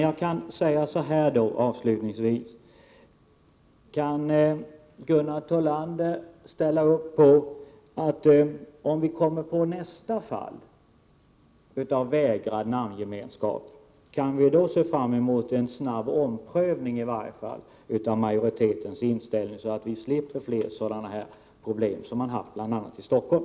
Jag vill fråga så här avslutningsvis: Kan Gunnar Thollander ställa upp på att vi vid nästa fall av vägrad namngemenskap kan se fram emot en snabb omprövning av majoritetens inställning, så att vi slipper fler problem av det slag som man haft bl.a. i Stockholm?